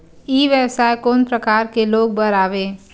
ई व्यवसाय कोन प्रकार के लोग बर आवे?